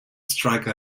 strike